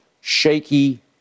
shaky